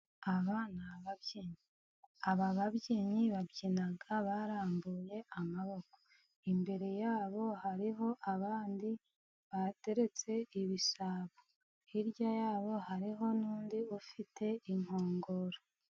Aba ni ababyinnyi, aba babyinnyi babyina barambuye amaboko, imbere yabo hariho abandi bateretse ibisabo, hirya ya bo hariho n'undi ufite inkongoro.